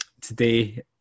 today